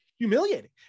Humiliating